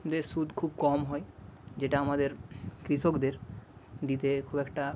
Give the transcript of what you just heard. দের সুদ খুব কম হয় যেটা আমাদের কৃষকদের দিতে খুব একটা